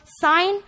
sign